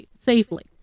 safely